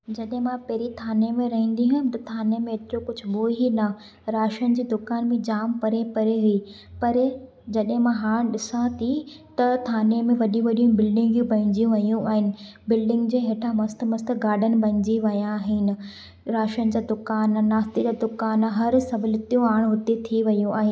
जॾहिं मां पहिरीं ठाणे मे रहंदी हुयमि त ठाणे में एतिरो कुझु हुओ ई न राशन जी दुकान बि जामु परे परे हुई पर जॾहिं मां हाणे ॾिसां थी त ठाणे में वॾी वॾी बिल्डिंगियूं पइजी वयूं आहिनि बिल्डिंग जे हेठां मस्तु मस्तु गार्डेन बणिजी वया आहिनि राशन जा दुकान नाश्ते जा दुकान हर सहुलियतूं हाणे हुते थी वई आहिनि